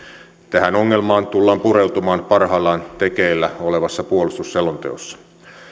tähän ongelmaan tullaan pureutumaan parhaillaan tekeillä olevassa puolustusselonteossa